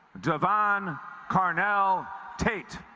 devon carnell tate